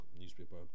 newspaper